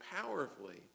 powerfully